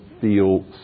feel